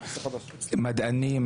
מדענים,